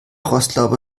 rostlaube